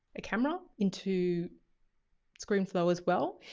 a camera into screenflow as well.